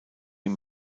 ihm